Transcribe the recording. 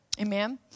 Amen